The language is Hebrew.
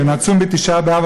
ונצום בתשעה באב,